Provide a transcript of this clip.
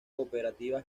cooperativas